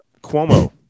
Cuomo